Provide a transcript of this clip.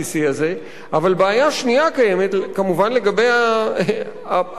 אבל בעיה שנייה קיימת כמובן לגבי ההפעלה שלו.